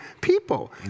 people